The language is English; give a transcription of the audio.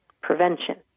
prevention